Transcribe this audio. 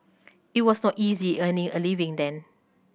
it was so easy earning a living then